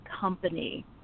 company